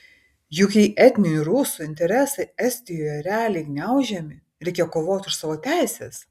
juk jei etninių rusų interesai estijoje realiai gniaužiami reikia kovoti už savo teises